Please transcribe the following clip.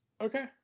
Okay